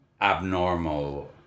abnormal